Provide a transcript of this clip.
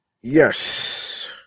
Yes